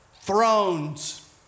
Thrones